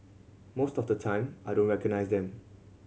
most of the time I don't recognise them